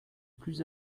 plus